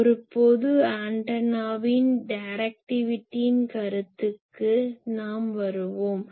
ஒரு பொது ஆண்டனாவின் டைரக்டிவிட்டியின் கருத்துக்கு நாம் வருவோம்